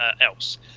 else